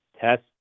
Test